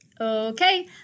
Okay